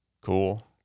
cool